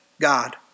God